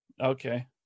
Okay